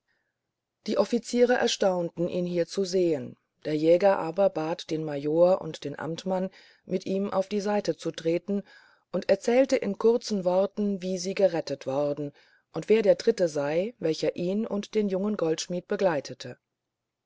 die offiziere erstaunten ihn hier zu sehen der jäger aber bat den major und den amtmann mit ihm auf die seite zu treten und erzählte in kurzen worten wie sie errettet worden und wer der dritte sei welcher ihn und den jungen goldschmidt begleitete